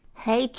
hey,